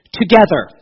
together